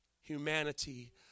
humanity